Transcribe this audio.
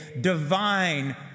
divine